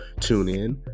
TuneIn